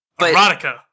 erotica